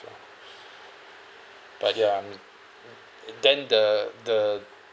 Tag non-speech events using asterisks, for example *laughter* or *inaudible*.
but ya mm *noise* and then the the